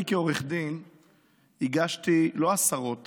אני כעורך דין הגשתי לא עשרות